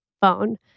phone